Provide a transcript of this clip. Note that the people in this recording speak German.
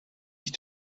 ich